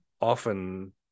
often